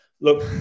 Look